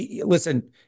listen